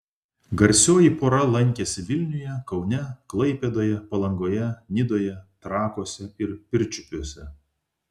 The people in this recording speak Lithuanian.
garsioji pora lankėsi vilniuje kaune klaipėdoje palangoje nidoje trakuose ir pirčiupiuose